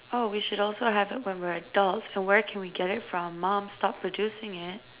oh we should also have it when we're adults and where can we get it from mom stop producing it